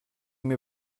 mir